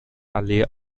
allee